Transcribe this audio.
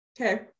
Okay